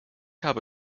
habe